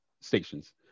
stations